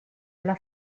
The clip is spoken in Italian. alla